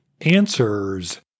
answers